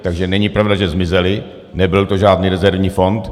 Takže není pravda, že zmizely, nebyl to žádný rezervní fond.